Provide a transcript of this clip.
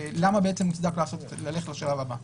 ולמה בעצם מוצק ללכת לשלב הבא.